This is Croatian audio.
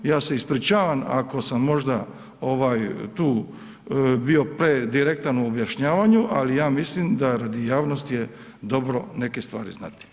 Ja se ispričavam ako sam možda tu bio predirektan u objašnjavanju, ali ja mislim da radi javnosti je dobro neke stvari znati.